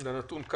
אותך לנתון: